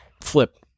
flip